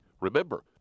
Remember